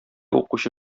укучы